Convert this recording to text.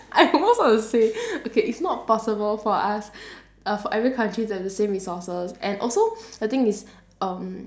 I almost want to say okay it's not possible for us err for every country to have the same resources and also the thing is um